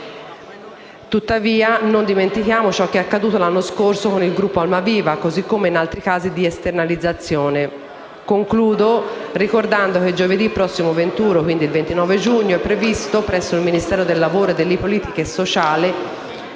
Tuttavia, non dimentichiamo quanto accaduto l'anno scorso con il gruppo Almaviva, così come in altri casi di esternalizzazione. Concludo ricordando che giovedì prossimo, il 29 giugno, è previsto, presso il Ministero del lavoro e delle politiche sociali,